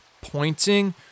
pointing